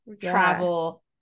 travel